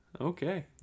Okay